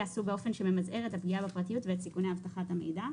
ייעשו באופן שממזער את הפגיעה בפרטיות ואת סיכוני אבטחת המידע.